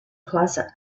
plaza